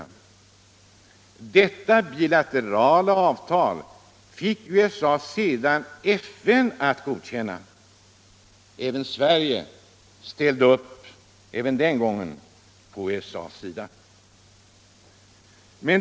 Detta bilaterala avtal fick USA sedan FN att godkänna. Också Sverige ställde även den gången upp på USA:s sida.